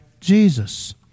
Jesus